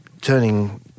turning